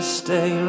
stay